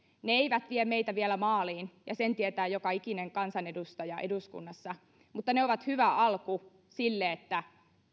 ne eivät vie meitä vielä maaliin ja sen tietää joka ikinen kansanedustaja eduskunnassa mutta ne ovat hyvä alku sille että